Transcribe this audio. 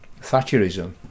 Thatcherism